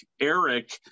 ERIC